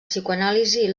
psicoanàlisi